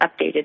updated